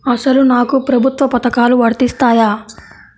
అసలు నాకు ప్రభుత్వ పథకాలు వర్తిస్తాయా?